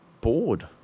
bored